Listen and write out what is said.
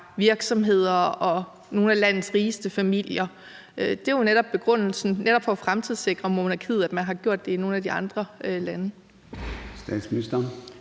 virksomheder og nogle af landets rigeste familier? Det er jo netop med den begrundelse, altså at man vil fremtidssikre monarkiet, at man har gjort det i nogle af de andre lande.